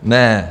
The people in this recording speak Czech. Ne.